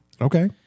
Okay